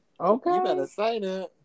Okay